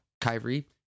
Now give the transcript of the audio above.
Kyrie